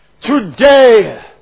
Today